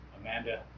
Amanda